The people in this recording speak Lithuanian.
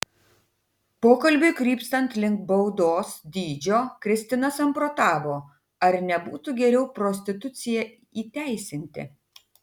pokalbiui krypstant link baudos dydžio kristina samprotavo ar nebūtų geriau prostituciją įteisinti